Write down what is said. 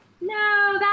no